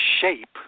shape